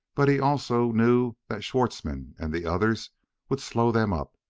but he also knew that schwartzmann and the others would slow them up,